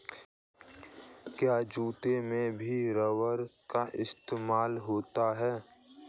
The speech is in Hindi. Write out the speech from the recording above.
क्या जूतों में भी रबर का इस्तेमाल होता है?